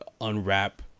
unwrap